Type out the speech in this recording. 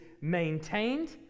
maintained